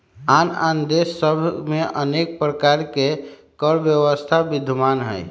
आन आन देश सभ में अनेक प्रकार के कर व्यवस्था विद्यमान हइ